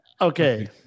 Okay